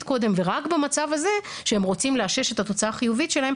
קודם ורק במצב הזה שהם רוצים לאשש את התוצאה החיובית שלהם,